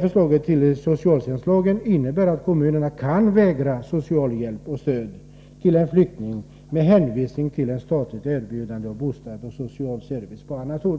förslaget till socialtjänstlag kan innebära att kommunerna kan vägra socialhjälp och stöd till en flykting med hänvisning till ett statligt erbjudande om bostad och social service på annat håll.